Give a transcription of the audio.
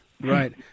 Right